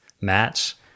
match